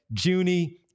Junie